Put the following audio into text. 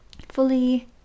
fully